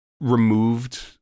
removed